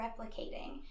replicating